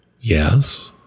Yes